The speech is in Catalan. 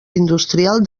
industrial